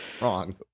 wrong